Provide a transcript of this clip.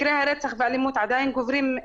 מקרי הרצח והאלימות עדיין גוברים,